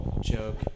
joke